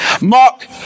Mark